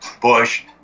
Bush